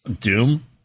Doom